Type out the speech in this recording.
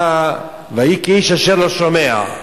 אתה "ויהי כאיש אשר לא שומע".